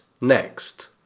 next